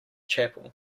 chapel